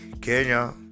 Kenya